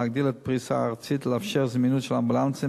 להגדיל את הפריסה הארצית ולאפשר זמינות של אמבולנסים